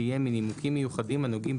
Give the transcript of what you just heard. תהיה מנימוקים מיוחדים הנוגעים,